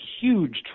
huge